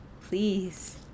Please